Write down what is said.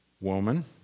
woman